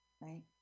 right